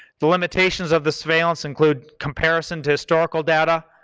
the limitations of the surveillance include comparison to historical data,